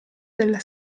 della